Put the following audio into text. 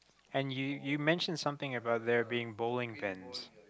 and you you mention something about there being bullying pens